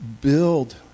build